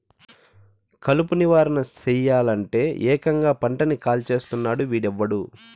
కలుపు నివారణ సెయ్యలంటే, ఏకంగా పంటని కాల్చేస్తున్నాడు వీడెవ్వడు